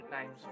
names